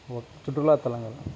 ஓ சுற்றுலாத்தலங்கள்